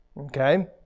Okay